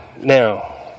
now